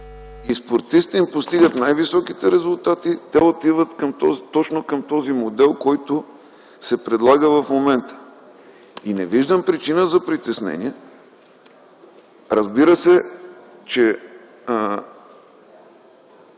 и спортистите им постигат най-високи резултати, те отиват точно към този модел, който се предлага в момента. Не виждам причини за притеснения. Разбира се, че